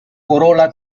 corola